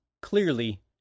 Clearly